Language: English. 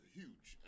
huge